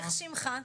איך שמך?